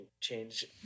change